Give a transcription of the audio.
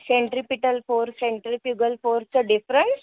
centripetal force centrifugal फोर्सचं difference